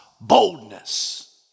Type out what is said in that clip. boldness